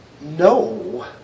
No